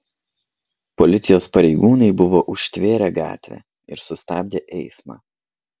policijos pareigūnai buvo užtvėrę gatvę ir sustabdę eismą